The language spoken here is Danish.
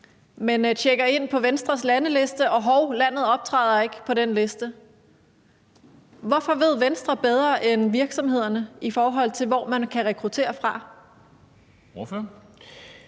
men tjekker ind på Venstres landeliste og ser, at hov, landet optræder ikke på den liste. Hvorfor ved Venstre bedre end virksomhederne, hvor man kan rekruttere fra?